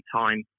time